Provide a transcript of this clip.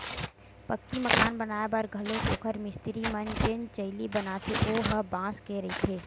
पक्की मकान बनाए बर घलोक ओखर मिस्तिरी मन जेन चइली बनाथे ओ ह बांस के रहिथे